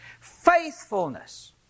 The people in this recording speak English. Faithfulness